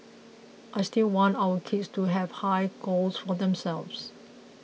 I still want our kids to have high goals for themselves